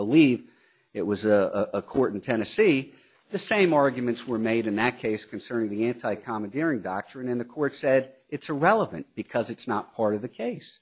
believe it was a court in tennessee the same arguments were made in that case concerning the anti commandeering doctrine in the court said it's relevant because it's not part of the case